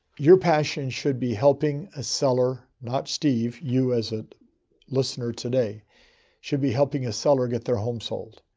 your passion should be helping a seller, not steve. you as a listener today should be helping a seller get their home sold.